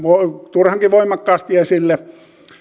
turhankin voimakkaasti esille